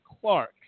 clark